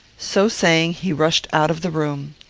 so saying, he rushed out of the room.